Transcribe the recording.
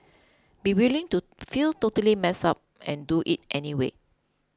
be willing to feel totally messed up and do it anyway